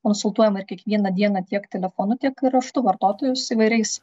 konsultuojama ir kiekvieną dieną tiek telefonu tiek ir raštu vartotojus įvairiais